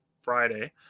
Friday